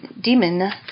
demon